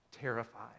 terrified